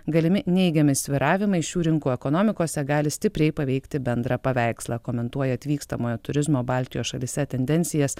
galimi neigiami svyravimai šių rinkų ekonomikose gali stipriai paveikti bendrą paveikslą komentuoja atvykstamojo turizmo baltijos šalyse tendencijas